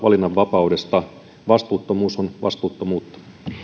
valinnanvapautta vastuuttomuus on vastuuttomuutta